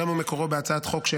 בשם ועדת החוקה,